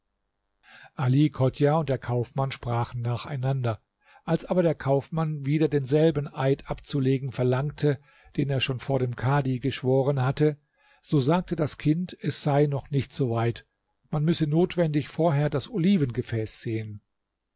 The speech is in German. ali chodjah und der kaufmann sprachen nacheinander als aber der kaufmann wieder denselben eid abzulegen verlangte den er schon vor dem kadhi geschworen hatte so sagte das kind es sei noch nicht so weit man müsse notwendig vorher das olivengefäß sehen